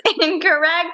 incorrect